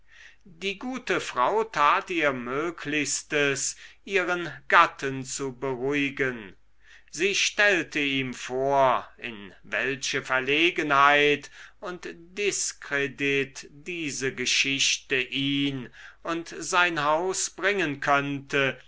die gute frau tat ihr möglichstes ihren gatten zu beruhigen sie stellte ihm vor in welche verlegenheit und diskredit diese geschichte ihn und sein haus bringen könnte